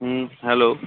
হুম hello